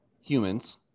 humans